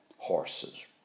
Horses